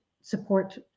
support